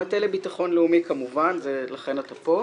המטה לביטחון לאומי ולכן אתה כאן,